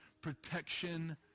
protection